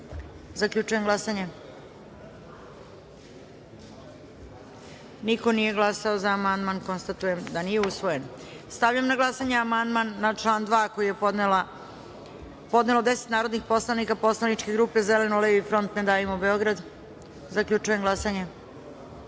DS.Zaključujem glasanje: Niko nije glasao za amandman. Konstatujem da nije usvojen. Stavljam na glasanje amandman na član 2. koji je podnelo 10 narodnih poslanika Poslaničke grupe Zeleno-levi front – Ne davimo Beograd. Zaključujem glasanje: